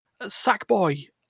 Sackboy